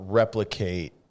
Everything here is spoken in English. replicate